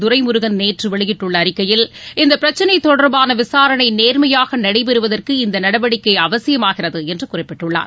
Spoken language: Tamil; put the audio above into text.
துரைமுருகன் நேற்று வெளியிட்டுள்ள அறிக்கையில் இந்த பிரச்னை தொடர்பான விசாரணை நேர்மையாக நடைபெறுவதற்கு இந்த நடவடிக்கை அவசியமாகிறது என்று குறிப்பிட்டுள்ளார்